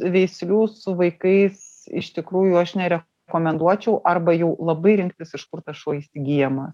veislių su vaikais iš tikrųjų aš nerekomenduočiau arba jau labai rinktis iš kur tas šuo įsigyjamas